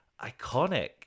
iconic